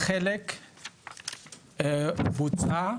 בחלק בוצעה